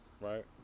Right